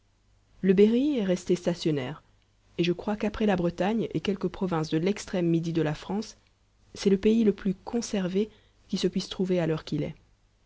le berry est resté stationnaire et je crois qu'après la bretagne et quelques provinces de l'extrême midi de la france c'est le pays le plus conservé qui se puisse trouver à l'heure qu'il est